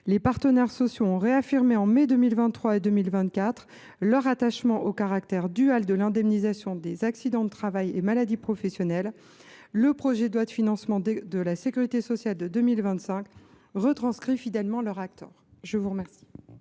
Les partenaires sociaux ont réaffirmé, en mai 2023, puis en 2024, leur attachement au caractère dual de l’indemnisation des accidents du travail et maladies professionnelles. Le projet de loi de financement de la sécurité sociale pour 2025 retranscrit fidèlement leur accord. La parole